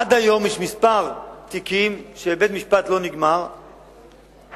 עד היום יש כמה תיקים שלא נגמרו בבית-המשפט.